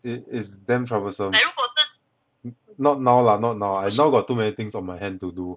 it is them troublesome not now lah not now I now got too many things on my hand to do